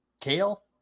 kale